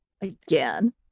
Again